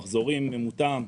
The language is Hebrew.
מחזורים מותאם.